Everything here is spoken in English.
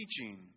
teaching